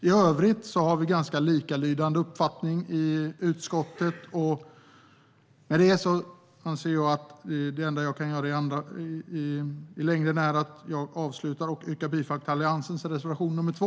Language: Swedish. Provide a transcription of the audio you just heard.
I övrigt har vi i utskottet ganska likalydande uppfattningar. I och med det anser jag att det enda jag kan göra är att yrka bifall till Alliansens reservation nr 2.